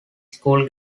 school